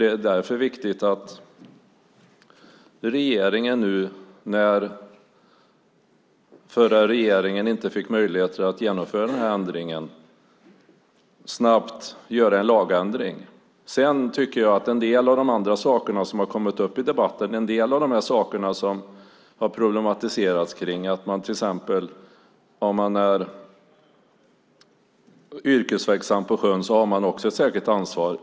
Det är därför viktigt att regeringen nu, när den förra regeringen inte fick möjlighet att genomföra ändringen, snabbt gör en lagändring. Det har tagits upp en del andra saker i debatten som har problematiserats. Om man till exempel är yrkesverksam på sjön har man också ett särskilt ansvar.